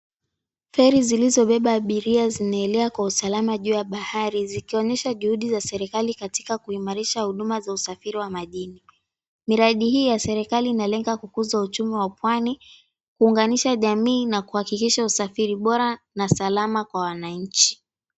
Feri zilizobeba abiria zinaelea kwa usalama juu ya bahari zikionyesha juhudi za serikali katika kuimarisha huduma za usafiri wa majini. Miradi hii ya serikali inalenga kukuza uchumi wa pwani, kuunganisha jamii na kuhakikisha usafiri bora na salama kwa wananchi.